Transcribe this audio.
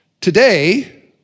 Today